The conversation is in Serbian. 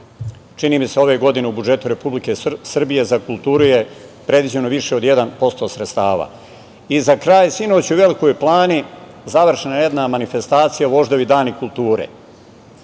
čini mi se, ove godine u budžetu Republike Srbije za kulturu je predviđeno više od 1% sredstava.Za kraj, sinoć u Velikoj Plani završena je jedna manifestacija – Voždovi dani kulture.